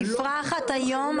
התפרחת היום,